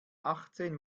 achtzehn